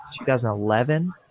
2011